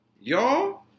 Y'all